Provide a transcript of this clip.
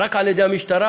רק על ידי המשטרה,